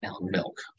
milk